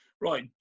Right